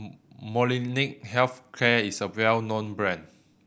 Molnylcke Health Care is a well known brand